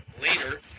later